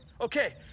okay